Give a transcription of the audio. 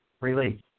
release